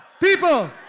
People